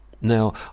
Now